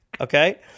Okay